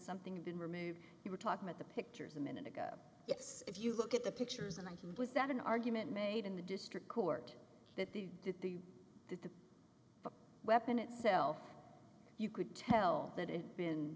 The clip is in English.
something been removed you were talking at the pictures a minute ago it's if you look at the pictures and i was that an argument made in the district court that the that the weapon itself you could tell that it's been